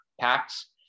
packs